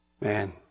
Man